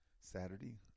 Saturday